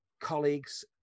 Colleagues